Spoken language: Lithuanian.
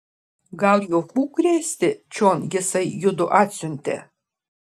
gal juokų krėsti čion jisai judu atsiuntė